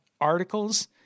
articles